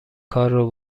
کارو